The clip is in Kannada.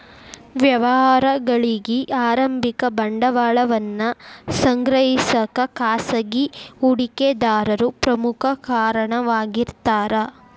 ವ್ಯವಹಾರಗಳಿಗಿ ಆರಂಭಿಕ ಬಂಡವಾಳವನ್ನ ಸಂಗ್ರಹಿಸಕ ಖಾಸಗಿ ಹೂಡಿಕೆದಾರರು ಪ್ರಮುಖ ಕಾರಣವಾಗಿರ್ತಾರ